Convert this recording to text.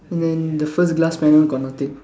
and then the first glass panel got nothing